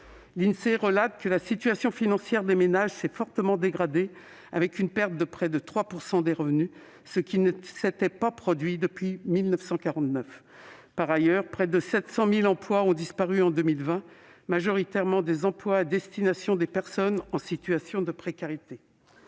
L'Insee relate que la situation financière des ménages s'est fortement dégradée, avec une perte de près de 3 % des revenus, ce qui ne s'était pas produit depuis 1949. Par ailleurs, près de 700 000 emplois ont disparu en 2020, majoritairement des emplois à destination des personnes en situation de précarité.